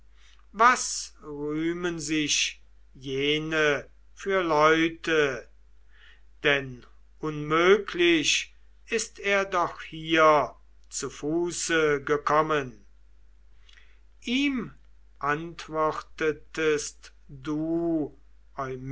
was rühmen sich jene für leute denn unmöglich ist er doch hier zu fuße gekommen ihm antwortetest du